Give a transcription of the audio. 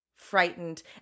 Frightened